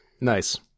Nice